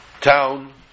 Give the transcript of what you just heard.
town